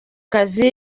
kazi